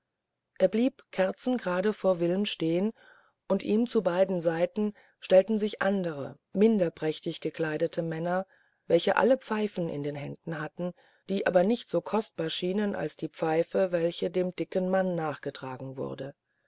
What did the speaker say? er blieb kerzengerade vor wilm stehen und ihm zu beiden seiten stellten sich andere minder prächtig gekleidete männer welche alle pfeifen in den händen hatten die aber nicht so kostbar schienen als die pfeife welche dem dicken manne nachgetragen wurde